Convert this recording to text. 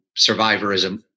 survivorism